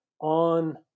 on